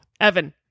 Evan